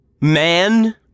Man